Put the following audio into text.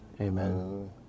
amen